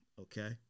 Okay